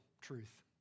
truth